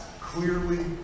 clearly